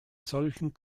solchen